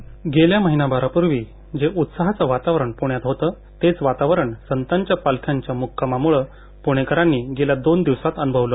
voice cast गेल्या महिनाभरापूर्वी जे उत्साहाचं वातावरण प्ण्यात होतं तेच वातावरण वातावरण संतांच्या पालख्यांच्या मुक्कामामुळं पुणेकरांनी गेल्या दोन दिवसात अनुभवलं